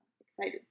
excited